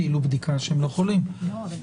הבנתי.